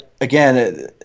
again